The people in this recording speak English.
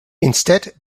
instead